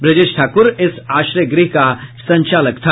बृजेश ठाकुर इस आश्रयगृह का संचालक था